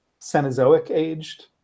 Cenozoic-aged